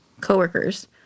coworkers